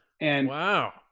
Wow